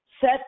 set